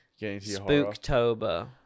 Spooktober